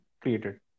created